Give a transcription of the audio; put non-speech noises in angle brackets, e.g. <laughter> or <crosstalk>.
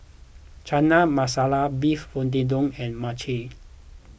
Chana Masala Beef <unintelligible> and Mochi